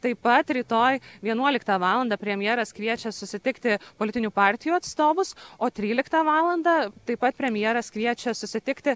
taip pat rytoj vienuoliktą valandą premjeras kviečia susitikti politinių partijų atstovus o tryliktą valandą taip pat premjeras kviečia susitikti